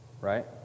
right